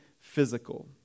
physical